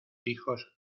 hijos